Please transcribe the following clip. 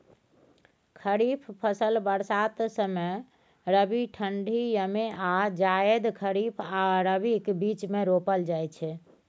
खरीफ फसल बरसात समय, रबी ठंढी यमे आ जाएद खरीफ आ रबीक बीचमे रोपल जाइ छै